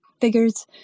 figures